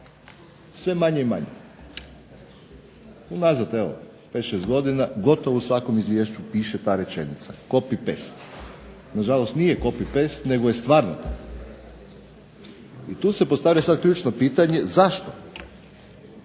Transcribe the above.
Sve manje i mane. Unazad 5, 6 godina gotovo u svakom izvješću piše ta rečenica. Copy-paste. Nažalost, nije copy-paste nego je stvarno. I tu se sada postavlja ključno pitanje zašto?